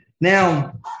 Now